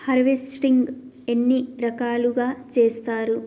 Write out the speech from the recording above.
Harvesting ఎన్ని రకాలుగా చేస్తరు?